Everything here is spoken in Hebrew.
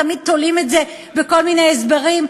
תמיד תולים את זה בכל מיני הסברים,